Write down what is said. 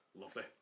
Lovely